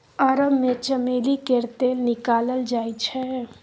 अरब मे चमेली केर तेल निकालल जाइ छै